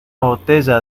botella